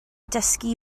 dysgu